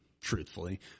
truthfully